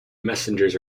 messengers